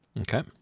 Okay